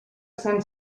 sant